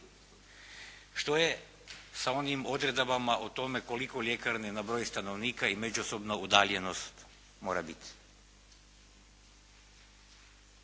Što je sa onim odredbama o tome koliko ljekarne na broj stanovnika i međusobnu udaljenost mora biti?